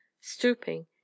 Stooping